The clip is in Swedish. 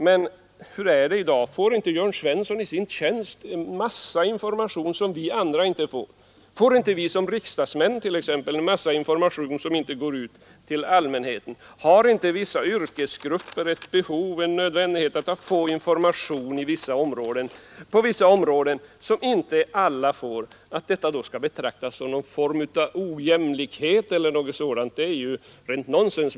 Men hur är det, får inte Jörn Svensson i sin tjänst en mängd information som andra inte får? Och får inte vi som riksdagsmän mycket information som inte går ut till allmänheten? Är det inte för vissa yrkesgrupper nödvändigt att på speciella områden få information, som inte alla får? Och skall detta då betraktas som någon form av ojämlikhet eller något sådant? Det där är rent nonsens.